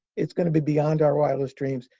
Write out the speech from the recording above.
it's going to be beyond our wildest dreams.